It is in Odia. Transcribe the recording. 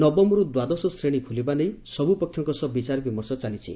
ନବମରୁ ଦ୍ୱାଦଶ ଶ୍ରେଶୀ ଖୋଲିବା ନେଇ ସବ୍ ପକ୍ଷଙ୍କ ସହ ବିଚାରବିମର୍ଶ ଚାଲିଛି